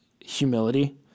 humility